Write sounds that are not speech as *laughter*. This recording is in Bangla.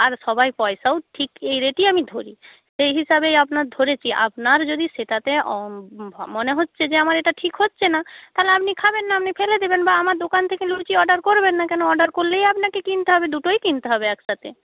আর সবাই পয়সাও ঠিক এই রেটই আমি ধরি সেই হিসাবেই আপনার ধরেছি আপনার যদি সেটাতে *unintelligible* মনে হচ্ছে যে আমার এটা ঠিক হচ্ছে না তাহলে আপনি খাবেন না আপনি ফেলে দেবেন বা আমার দোকান থেকে লুচি অর্ডার করবেন না কেন অর্ডার করলেই আপনাকে কিনতে হবে দুটোই কিনতে হবে একসাথে